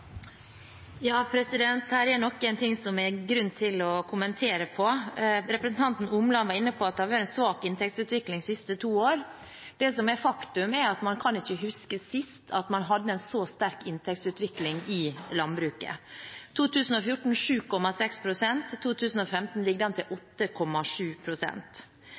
det er grunn til å kommentere. Representanten Omland var inne på at det har vært en svak inntektsutvikling de siste to år. Det som er faktum, er at man ikke kan huske sist man hadde en så sterk inntektsutvikling i landbruket – i 2014 7,6 pst. I 2015 ligger det an til